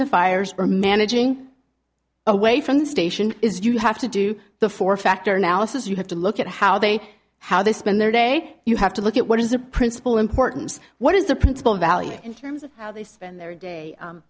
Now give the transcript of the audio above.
to fires or managing away from the station is you have to do the four factor analysis you have to look at how they how they spend their day you have to look at what is the principle importance what is the principal value in terms of how they spend their day